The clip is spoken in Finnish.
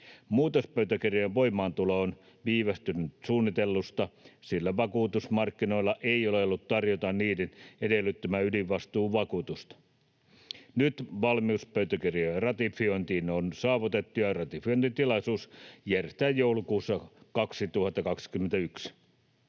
Muutospöytäkirjojen voimaantulo on viivästynyt suunnitellusta, sillä vakuutusmarkkinoilla ei ole ollut tarjota niiden edellyttämää ydinvastuuvakuutusta. Nyt valmius pöytäkirjojen ratifiointiin on saavutettu ja ratifiointitilaisuus järjestetään joulukuussa 2021.